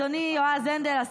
אדוני יועז הנדל,